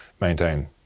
maintain